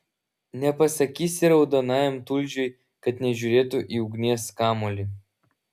nepasakysi raudonajam tulžiui kad nežiūrėtų į ugnies kamuolį